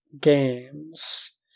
Games